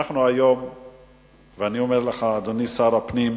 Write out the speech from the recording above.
אדוני שר הפנים,